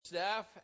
staff